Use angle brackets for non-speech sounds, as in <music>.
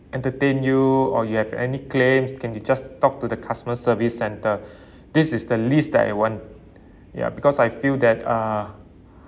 entertain you or you have any claims can they just talked to the customer service centre <breath> this is the least that I want ya because I feel that uh